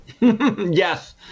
Yes